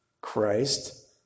Christ